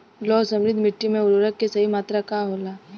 लौह समृद्ध मिट्टी में उर्वरक के सही मात्रा का होला?